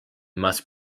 must